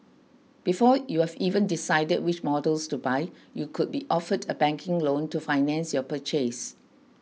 before you've even decided which models to buy you could be offered a banking loan to finance your purchase